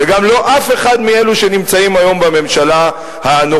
וגם לא אף אחד מאלה שנמצאים היום בממשלה הנוכחית.